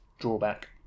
drawback